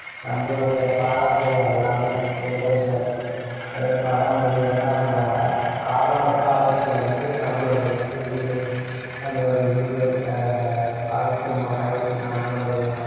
நம்மளோடைய பாரம்பரியம் எல்லாமே ஏ டூ இசட் பாரம்பரியன்னால் நம்ம ஆரம்ப காலத்தில் இருந்து நம்மளோடைய வீடு நம்மளோடைய இது வாழ்க்கை முறை நம்மளோடைய